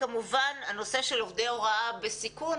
כמובן הנושא של עובדי הוראה בסיכון,